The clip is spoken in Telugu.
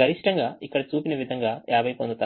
గరిష్టంగా ఇక్కడ చూపిన విధంగా 50 పొందుతారు